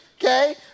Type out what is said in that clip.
okay